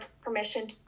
permission